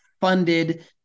funded